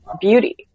beauty